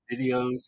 videos